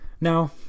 Now